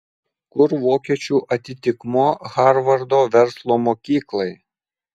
kur vokiečių atitikmuo harvardo verslo mokyklai